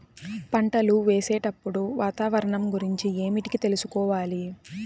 పంటలు వేసేటప్పుడు వాతావరణం గురించి ఏమిటికి తెలుసుకోవాలి?